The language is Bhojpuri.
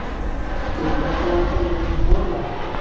केतना तरह के लोन होला?